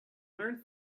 learned